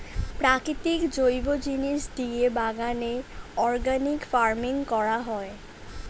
প্রাকৃতিক জৈব জিনিস দিয়ে বাগানে অর্গানিক ফার্মিং করা হয়